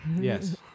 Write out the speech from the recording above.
Yes